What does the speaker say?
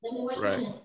right